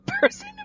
person